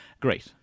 great